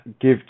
give